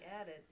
added